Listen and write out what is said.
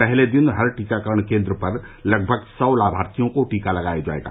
पहले दिन हर टीकाकरण केंद्र पर लगभग सौ लामार्थियों को टीका लगाया जाएगा